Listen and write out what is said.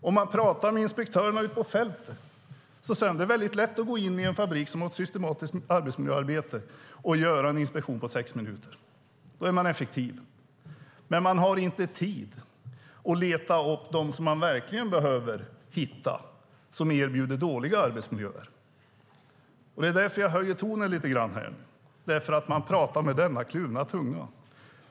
När jag pratar med inspektörerna ute på fältet säger de att det är väldigt lätt att gå in i en fabrik som har ett systematiskt arbetsmiljöarbete och göra en inspektion på sex minuter. Då är man effektiv. Man har dock inte tid att leta upp dem man verkligen behöver hitta, alltså de som erbjuder dåliga arbetsmiljöer. Det är därför jag höjer tonen lite grann, för att man talar med denna kluvna tunga.